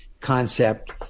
concept